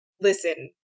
Listen